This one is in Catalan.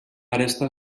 aresta